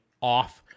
off